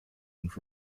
and